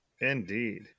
Indeed